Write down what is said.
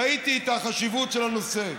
ראיתי את החשיבות של הנושא,